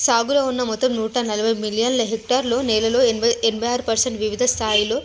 సాగులో ఉన్న మొత్తం నూట నలభై మిలియన్ల హెక్టార్లు నేలలో ఎనభై ఎనభై ఆరు పర్సెంట్ వివిధ స్థాయిలో